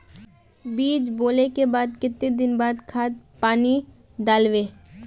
बीज बोले के बाद केते दिन बाद खाद पानी दाल वे?